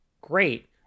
Great